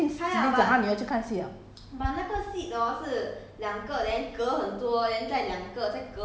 做 liao 没有 ah 那个那个现在开 liao 是吗开 liao 两个礼拜是吗我听 cindy 讲她女儿去看戏 liao